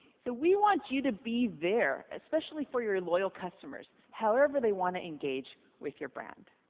so we want you to be there, especially for your loyal customers, however they want to engage with your brand.